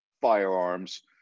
firearms